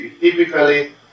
typically